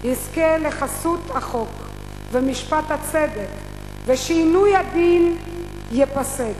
יזכה לחסות החוק ומשפט הצדק ושעינוי הדין ייפסק,